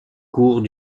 cours